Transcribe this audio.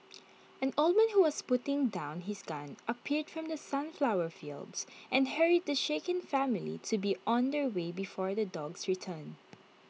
an old man who was putting down his gun appeared from the sunflower fields and hurried the shaken family to be on their way before the dogs return